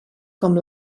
com